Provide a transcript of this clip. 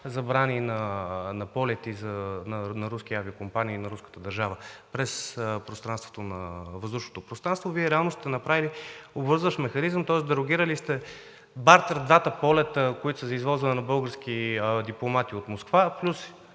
забрани на полети на руски авиокомпании и на руската държава през въздушното пространство, Вие реално сте направили обвързващ механизъм, тоест дерогирали сте двата полета, които са за извозване на български дипломати от Москва, плюс